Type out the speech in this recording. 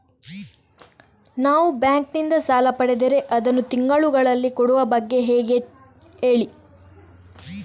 ನಾವು ಬ್ಯಾಂಕ್ ನಿಂದ ಸಾಲ ಪಡೆದರೆ ಅದನ್ನು ತಿಂಗಳುಗಳಲ್ಲಿ ಕೊಡುವ ಬಗ್ಗೆ ಹೇಗೆ ಹೇಳಿ